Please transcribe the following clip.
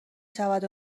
شود